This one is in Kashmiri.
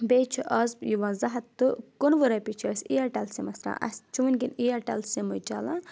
بیٚیہِ چھُ آز یِوان زٕ ہَتھ تہٕ کُنوُہ رۄپیہِ چھِ أسۍ اِیَرٹیل سِمَس اَسہِ چھِ وٕنکؠن اِیَرٹیل سِمٕے چَلان